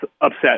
upset